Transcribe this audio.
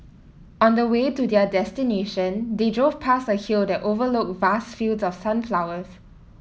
on the way to their destination they drove past a hill that overlooked vast fields of sunflowers